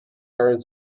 current